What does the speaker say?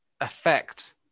affect